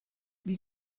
wie